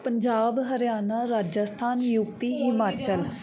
Punjab Haryana Rajasthan U P Himachal